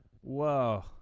Whoa